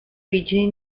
origini